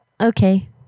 okay